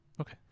Okay